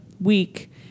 week